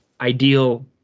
ideal